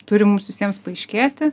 turi mums visiems paaiškėti